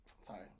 sorry